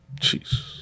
Jeez